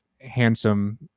handsome